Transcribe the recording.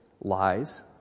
lies